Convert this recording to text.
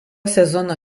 sezono